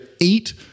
eight